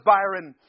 Byron